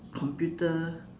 computer